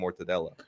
mortadella